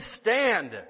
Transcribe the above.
stand